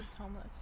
homeless